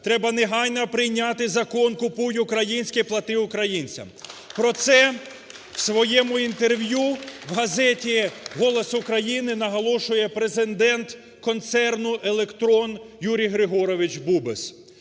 треба негайно прийняти Закон "Купуй українське, плати українцям". (Оплески) Про це в своєму інтерв'ю в газеті "Голос України" наголошує президент концерну "Електрон" Юрій Григорович Бубес.